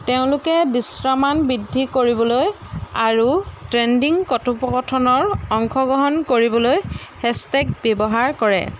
তেওঁলোকে দৃশ্যমান বৃদ্ধি কৰিবলৈ আৰু ট্ৰেণ্ডিং কথোপকথনৰ অংশগ্ৰহণ কৰিবলৈ হেছটেগ ব্যৱহাৰ কৰে